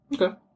Okay